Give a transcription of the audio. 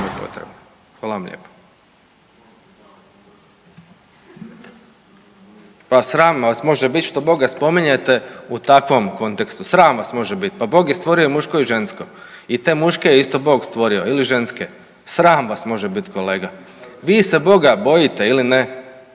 sram vas može biti što Boga spominjete u takvom kontekstu, sram vas može biti, pa Bog je stvorio muško i žensko i te muške je isto Bog stvorio ili ženske, sram vas može biti kolega. Vi se Boga bojite ili ne?